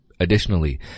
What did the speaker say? Additionally